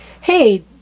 Hey